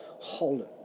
Holland